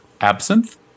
absinthe